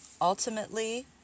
ultimately